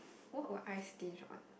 what would I stinge on